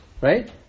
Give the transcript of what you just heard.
right